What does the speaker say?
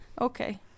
Okay